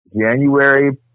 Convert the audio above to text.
January